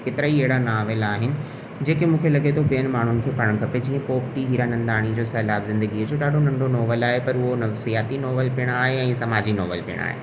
केतिरा ई अहिड़ा नावेल आहिनि जेके मूंखे लॻे थो ॿियनि माण्हुनि खे पढ़णु खपे जीअं पोपटी हीरानंदाणीअ जो सैलाब ज़िंदगीअ जो ॾाढो नंढो नॉवेल आहे पर उहो नफ़सियाती नॉवेल पिणि आहे ऐं समाजी नॉवेल पिणि आहे